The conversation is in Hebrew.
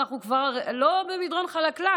אנחנו כבר לא במדרון חלקלק,